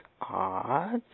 odd